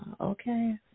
Okay